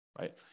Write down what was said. right